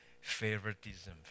favoritism